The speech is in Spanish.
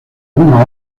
una